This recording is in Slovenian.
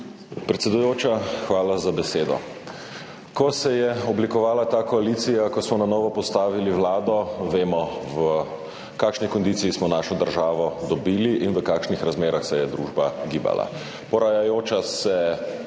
hvala za besedo. Ko se je oblikovala ta koalicija, ko smo na novo postavili vlado, vemo, v kakšni kondiciji smo dobili našo državo in v kakšnih razmerah se je družba gibala